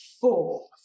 four